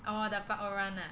oh the Park Oh Ran ah